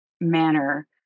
manner